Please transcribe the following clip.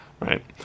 right